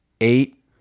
eight